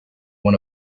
one